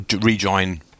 rejoin